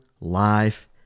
life